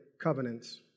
covenants